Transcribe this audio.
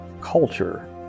culture